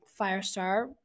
Firestar